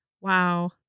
Wow